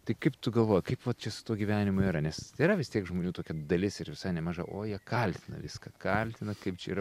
tai kaip tu galvoji kaip vat čia su tuo gyvenimui yra nes tai yra vis tiek žmonių tokia dalis ir visai nemaža o jie kaltina viską kaltina kaip čia yra